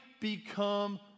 become